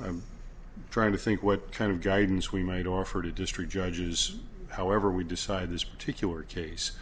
i'm trying to think what kind of guidance we might offer to district judges however we decide this particular case